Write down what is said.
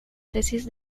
tesis